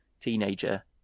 teenager